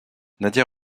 nadia